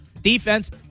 defense